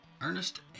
Ernest